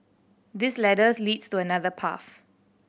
this ladders leads to another path